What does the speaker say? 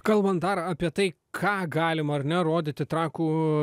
kalbant dar apie tai ką galima ar ne rodyti trakų